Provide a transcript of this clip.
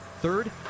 Third